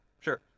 sure